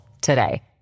today